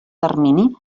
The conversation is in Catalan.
termini